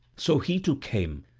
so he too came,